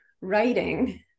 writing